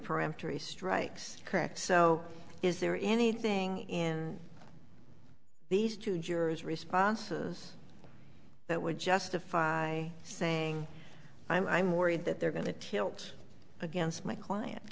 peremptory strikes correct so is there anything in these two jurors responses that would justify saying i'm worried that they're going to tilt against my client